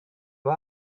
why